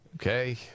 okay